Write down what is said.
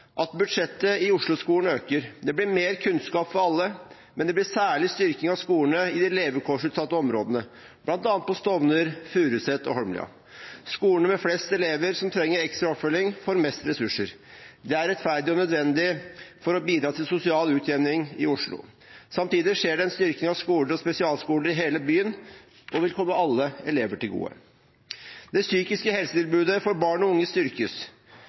at budsjettet i Osloskolen øker. Det blir mer kunnskap for alle, men det blir særlig styrking av skolene i de levekårsutsatte områdene, bl.a. på Stovner, Furuset og Holmlia. Skolene med flest elever som trenger ekstra oppfølging, får mest ressurser. Det er rettferdig og nødvendig for å bidra til sosial utjevning i Oslo. Samtidig skjer det en styrking av skoler og spesialskoler i hele byen, noe som vil komme alle elever til gode. Det psykiske helsetilbudet for barn og unge styrkes